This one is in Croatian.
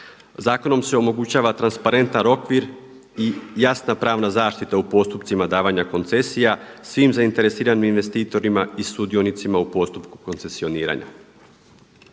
Zakonom se omogućava transparentan okvir i jasna pravna zaštita u postupcima davanja koncesija svim zainteresiranim investitorima i sudionicima u postupku koncesioniranja.